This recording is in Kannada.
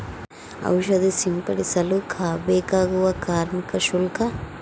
ಔಷಧಿ ಸಿಂಪಡಿಸಲು ಬೇಕಾಗುವ ಕಾರ್ಮಿಕ ಶುಲ್ಕ?